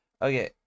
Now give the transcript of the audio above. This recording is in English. Okay